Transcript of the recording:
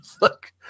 Look